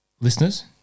listeners